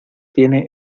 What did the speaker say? tiene